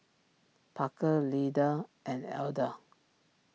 Parker Lyda and Elda